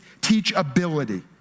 teachability